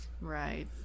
Right